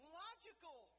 logical